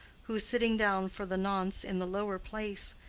who, sitting down for the nonce in the lower place,